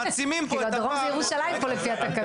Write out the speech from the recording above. כאילו, הדרום זה ירושלים פה לפי התקנות.